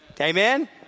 Amen